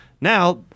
Now